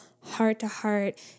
heart-to-heart